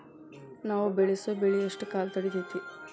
ನಾವು ಬೆಳಸೋ ಬೆಳಿ ಎಷ್ಟು ಕಾಲ ತಡೇತೇತಿ?